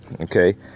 okay